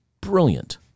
brilliant